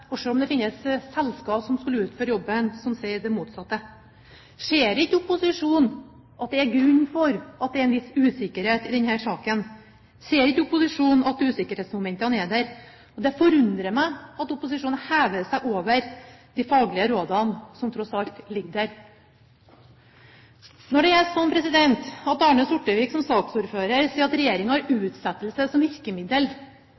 og selv om det finnes selskaper som skal utføre jobben som sier det motsatte. Ser ikke opposisjonen at det er en grunn til at det er en viss usikkerhet i denne saken? Ser ikke opposisjonen at usikkerhetsmomentene er der? Det forundrer meg at opposisjonen hever seg over de faglige rådene som tross alt ligger der. Når det er sånn at Arne Sortevik som saksordfører sier at regjeringa har